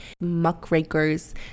Muckrakers